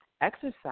exercise